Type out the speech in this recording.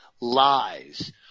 lies